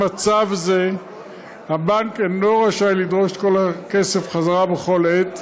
במצב זה הבנק אינו רשאי לדרוש את הכסף חזרה בכל עת,